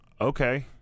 okay